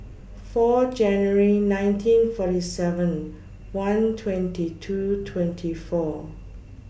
four January nineteen forty seven one twenty two twenty four